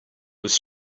was